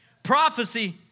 Prophecy